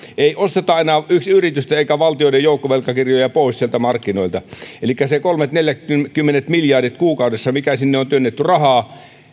ei osteta enää yritysten eikä valtioiden joukkovelkakirjoja pois markkinoilta elikkä se kolmekymmentä viiva neljäkymmentä miljardia kuukaudessa mikä sinne on työnnetty rahaa